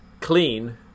clean